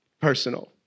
personal